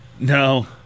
No